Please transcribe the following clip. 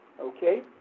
Okay